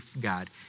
God